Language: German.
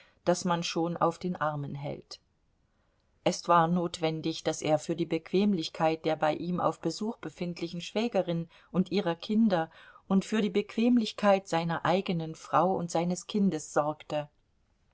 das man schon auf den armen hält es war notwendig daß er für die bequemlichkeit der bei ihm auf besuch befindlichen schwägerin und ihrer kinder und für die bequemlichkeit seiner eigenen frau und seines kindes sorgte